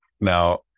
Now